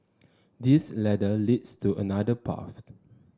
this ladder leads to another path